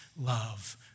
love